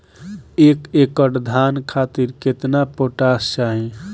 एक एकड़ धान खातिर केतना पोटाश चाही?